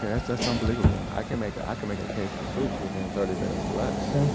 yeah that's that's unbelievable. i can make ah can make a case of soups within thirty minutes or less